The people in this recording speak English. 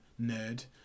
nerd